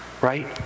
Right